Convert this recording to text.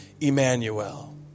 Emmanuel